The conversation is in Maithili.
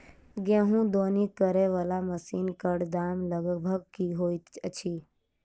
गेंहूँ दौनी करै वला मशीन कऽ दाम लगभग की होइत अछि?